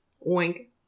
Wink